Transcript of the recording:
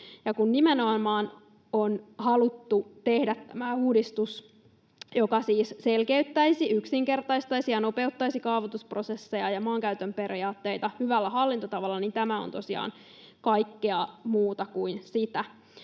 Kun nimenomaan on haluttu tehdä tämä uudistus, joka siis selkeyttäisi, yksinkertaistaisi ja nopeuttaisi kaavoitusprosesseja ja maankäytön periaatteita hyvällä hallintotavalla, tämä on tosiaan kaikkea muuta kuin sitä.